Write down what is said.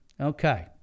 Okay